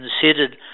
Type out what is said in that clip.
considered